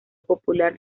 popular